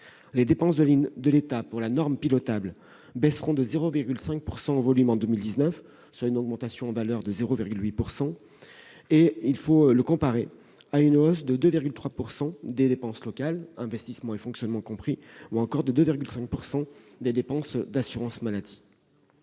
Les dépenses de l'État pour la norme pilotable baisseront de 0,5 % en volume en 2019, soit une augmentation en valeur de 0,8 %. Il faut rapporter ces chiffres à la hausse de 2,3 % des dépenses locales, investissement et fonctionnement compris, ou à celle de 2,5 % des dépenses d'assurance maladie.